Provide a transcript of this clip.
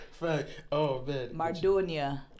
Mardonia